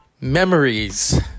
Memories